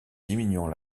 diminuant